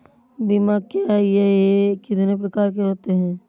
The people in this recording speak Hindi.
बीमा क्या है यह कितने प्रकार के होते हैं?